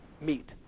meet